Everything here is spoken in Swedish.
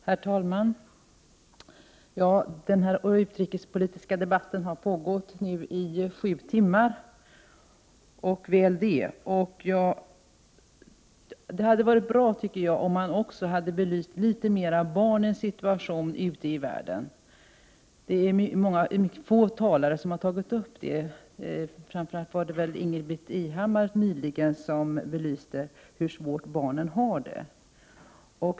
Herr talman! Den utrikespolitiska debatten har nu pågått i sju timmar och väl det. Det hade varit bra, tycker jag, om man litet mer hade belyst barnens situation ute i världen. Det är mycket få talare som har tagit upp den — det är framför allt Ingbritt Irhammar, som nyligen belyste hur svårt barnen har det.